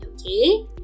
okay